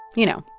you know,